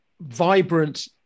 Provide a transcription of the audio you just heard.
vibrant